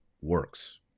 works